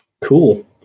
cool